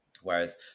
Whereas